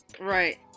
Right